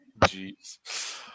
Jeez